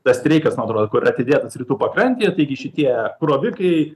tas streikas man atrodo kur atidėtas rytų pakrantėje taigi šitie krovikai